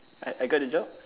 I got a job